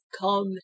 come